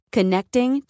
Connecting